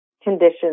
conditions